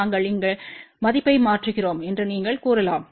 நாங்கள் இங்கே மதிப்பை மாற்றுகிறோம் என்று நீங்கள் கூறலாம்